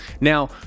Now